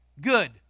good